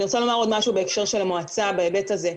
אני רוצה לומר עוד משהו בהקשר של המועצה בהיבט הזה.